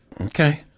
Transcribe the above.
okay